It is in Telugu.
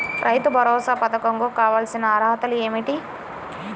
రైతు భరోసా పధకం కు కావాల్సిన అర్హతలు ఏమిటి?